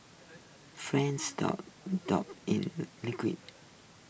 frieds dough dipped in the liquids